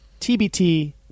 TBT